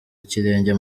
ikirenge